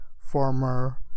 former